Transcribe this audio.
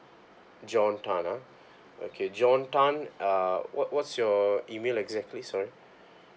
john tan ah okay john tan uh what what's your email exactly sorry